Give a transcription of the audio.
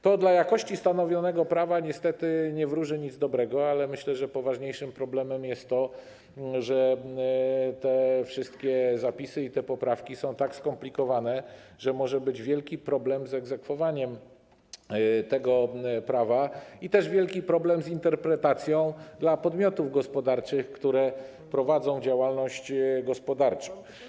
To dla jakości stanowionego prawa niestety nie wróży nic dobrego, ale myślę, że poważniejszym problemem jest to, że te wszystkie zapisy i te poprawki są tak skomplikowane, że może być wielki problem z egzekwowaniem tego prawa i też wielki problem z interpretacją dla podmiotów gospodarczych, które prowadzą działalność gospodarczą.